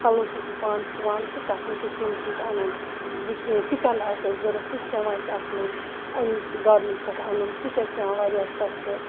پَلَو چھَس بہٕ پانہِ سُوان تہٕ تَتھ مَنٛز چھِ أسۍ یِم چیٖز اَنان یہِ کیٚنٛہہ ٹِکَن آسہِ اَسہِ ضوٚرَتھ سُہ چھُ پیٚوان اَسہِ اَتھ مَنٛز اَمہِ گارمنٹ پیٚٹھِ اَنُن سُہ چھُ اَسہِ پیٚوان واریاہ سَستہِٕ